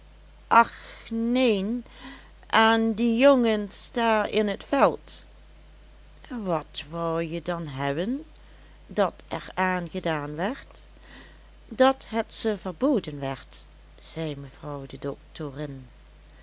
och neen aan die jongens daar in t veld wat wou je dan hebben dat er aan gedaan werd dat het ze verboden werd zei mevrouw de doctorin